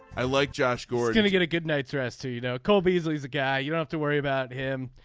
i like josh gordon to get a good night's rest too. you know cole beasley is a guy you don't have to worry about him.